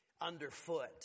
underfoot